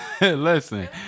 listen